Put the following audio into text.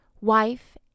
wife